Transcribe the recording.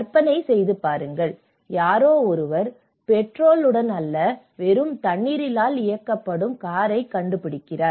கற்பனை செய்து பாருங்கள் யாரோ ஒருவர் பெட்ரோலுடன் அல்ல வெறும் தண்ணீரினால் இயக்கப்படும் காரைக் கண்டுபிடித்திருக்கிறார்